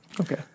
Okay